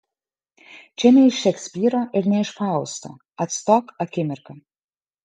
čia ne iš šekspyro ir ne iš fausto atstok akimirka